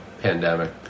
pandemic